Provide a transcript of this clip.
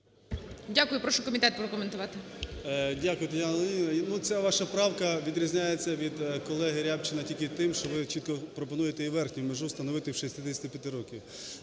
Дякую. Прошу комітет прокоментувати.